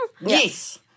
Yes